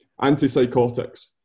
Antipsychotics